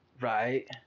right